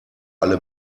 alle